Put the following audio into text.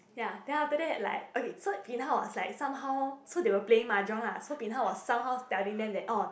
ya then after that like okay so bin hao was like somehow so they will playing mahjong lah so bin hao was somehow telling them that oh